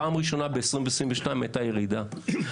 פעם ראשונה בשנת 2022 שהייתה מגמת ירידה.